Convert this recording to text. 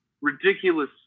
ridiculous